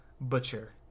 Butcher